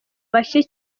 bake